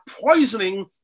poisoning